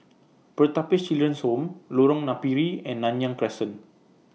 Pertapis Children's Home Lorong Napiri and Nanyang Crescent